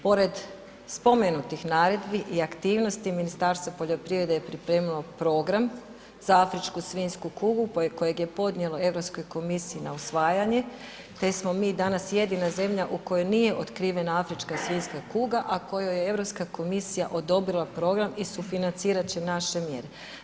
Pored spomenutih naredbi i aktivnosti Ministarstvo poljoprivrede je pripremilo program za afričku svinjsku kugu kojeg je podnijelo Europskoj komisiji na usvajanje te smo mi danas jedina zemlja u kojoj nije otkrivena afrička svinjska kuga a kojoj je Europska komisija odobrila program i sufinancirati će naše mjere.